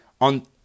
on